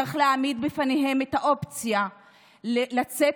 צריך להעמיד בפניהן את האופציה לצאת